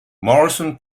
morrison